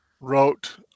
wrote